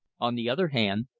on the other hand,